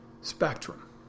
spectrum